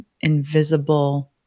invisible